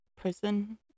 prison